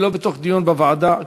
ולא בתוך דיון בוועדה.